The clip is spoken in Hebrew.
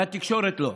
מהתקשורת לא,